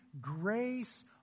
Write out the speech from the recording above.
grace